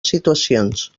situacions